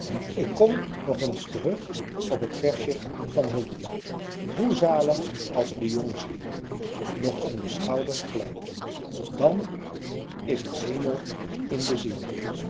ik kom nog eens terug op het versje van hölty hoe zalig als de jongenskiel nog om de schouders glijdt dan is het hemel in de ziel